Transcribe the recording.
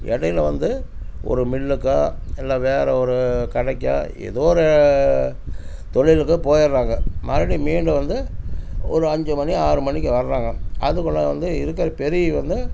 இடைல வந்து ஒரு மில்லுக்கோ இல்லை வேறு ஒரு கடைக்கோ ஏதோ ஒரு தொழிலுக்கு போயிடுறாங்க மறுபடியும் மீண்டும் வந்து ஒரு அஞ்சு மணி ஆறு மணிக்கு வர்கிறாங்க அதுக்குள்ளே வந்து இருக்கிற பெரியவங்கள்